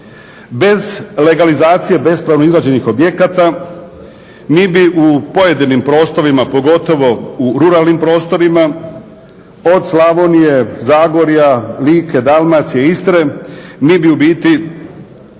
Bez legalizacije bespravno izgrađenih objekata mi bi u pojedinim prostorima pogotovo u ruralnim prostorima od Slavonije, Zagorja, Like, Dalmacije, Istre mi bi u biti